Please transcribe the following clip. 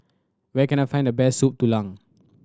where can I find the best Soup Tulang